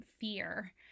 fear